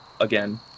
again